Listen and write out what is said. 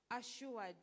assured